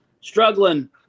struggling